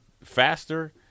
Faster